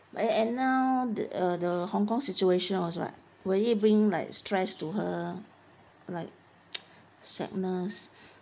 like at now the uh the hong kong situation was [what] will it bring like stress to her like sadness